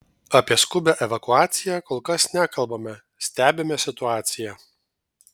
apie skubią evakuaciją kol kas nekalbame stebime situaciją